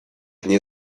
nie